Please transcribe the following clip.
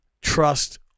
trust